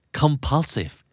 compulsive